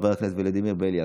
חבר הכנסת חמד עמאר,